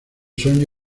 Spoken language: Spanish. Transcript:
sueño